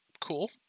Cool